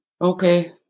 Okay